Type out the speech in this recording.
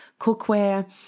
cookware